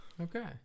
Okay